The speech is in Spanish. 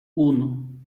uno